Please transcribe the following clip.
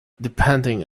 depending